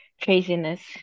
craziness